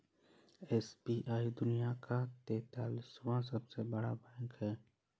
SBI दुनिया का तेंतालीसवां सबसे बड़ा बैंक है